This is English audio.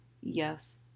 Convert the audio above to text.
yes